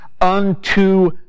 unto